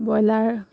broiler